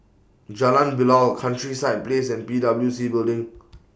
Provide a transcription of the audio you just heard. Jalan Bilal Countryside Place and P W C Building